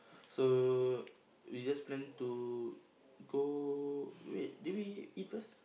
so we just plan to go wait did we eat eat first